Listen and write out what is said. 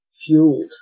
fueled